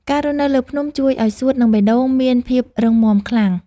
ការរស់នៅលើភ្នំជួយឱ្យសួត និងបេះដូងមានភាពរឹងមាំខ្លាំង។